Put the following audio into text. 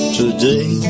today